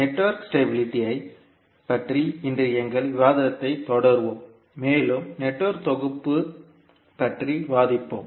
network stability ஐ பற்றி இன்று எங்கள் விவாதத்தைத் தொடருவோம் மேலும் நெட்வொர்க் தொகுப்பு பற்றி விவாதிப்போம்